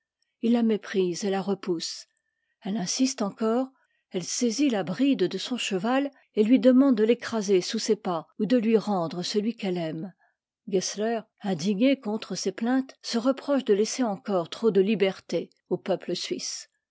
la méprise et la repousse elle insiste encore ette saisit la bride de son cheval et lui demande de l'écraser sous ses pas ou de lui rendre celui qu'ette aime gessler indigné contre ses plaintes se reproche de laisser encore trop de liberté au peuple suisse